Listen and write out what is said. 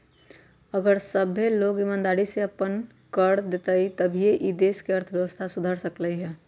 अगर सभ्भे लोग ईमानदारी से अप्पन कर देतई तभीए ई देश के अर्थव्यवस्था सुधर सकलई ह